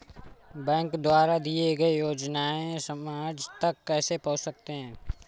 Bank द्वारा दिए गए योजनाएँ समाज तक कैसे पहुँच सकते हैं?